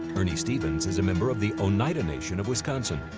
ernie stevens is a member of the oneida nation of wisconsin,